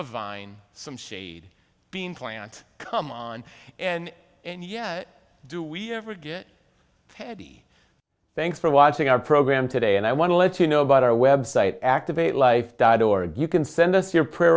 of vine some shade being plant come on and and yeah do we ever get teddy thanks for watching our program today and i want to let you know about our web site activate life dot org you can send us your prayer